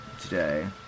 today